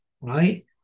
right